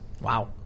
Wow